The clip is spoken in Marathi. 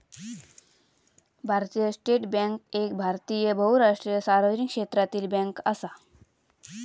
भारतीय स्टेट बॅन्क एक भारतीय बहुराष्ट्रीय सार्वजनिक क्षेत्रातली बॅन्क असा